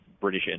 British